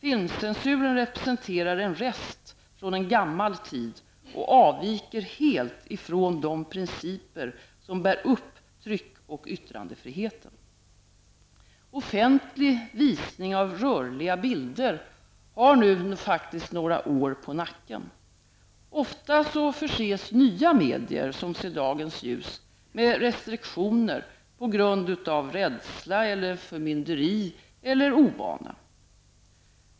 Filmcensuren representerar en rest från en gammal tid och avviker helt från de principer som bär upp tryck och yttrandefriheten. Offentlig visning av rörliga bilder har nu faktiskt några år på nacken. Ofta förses nya medier som ser dagens ljus med restriktioner på grund av rädsla, förmynderi eller ovana.